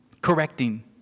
correcting